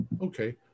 Okay